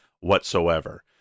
whatsoever